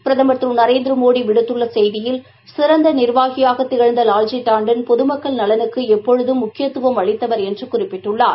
பிரதம் திருநரேந்திரமோடிவிடுத்துள்ளசெய்தியில் சிறந்தநிர்வாகியாகதிகழ்ந்த வால்ஜி டாண்டன் பொதுமக்கள் நலனுக்குளப்பொழுதும் முக்கியத்துவம் அளித்தவர் என்றுகுறிப்பிட்டுள்ளார்